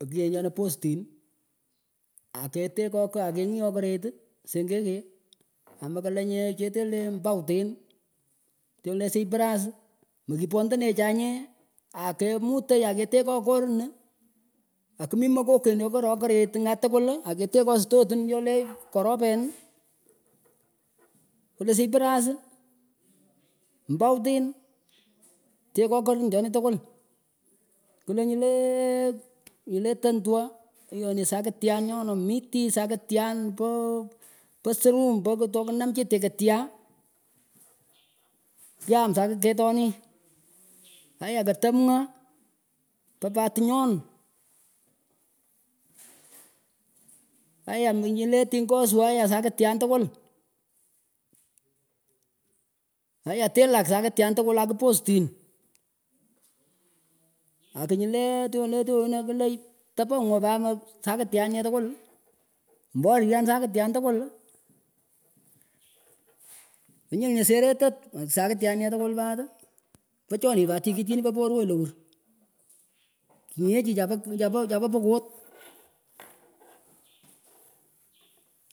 Akiyehchonah postin akehtekoh kah akengiooh keret sengenge akamalanyeh cheteh leh mbawtin tyonleh sypruss mekipondanechanyeh akemutag aketekoh stotin choleh korupen klah syprass mbawtin tekoh korin chonih tkwul klah nyileh nyileh tentwooh iyonih sakityan nyonah miti sakityan pah pah srum pah po tokikan cheteh kityan kyam sakit ketonih hayah katahmwah pa pat tinyon halyah menyileh tingoswah ayah sakityan tkwul hayan tilak sakityan tkwul akiposun akinyileh tyolah tyonah klah tapongwah pat sakityan nee tkwul mbonian sakityan tkwul knyull nyuh sehrelat man sakityan nee tekwul pat pachonih pat tikit chinih pah porway lawur kinyeji chah pah pokot